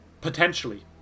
Potentially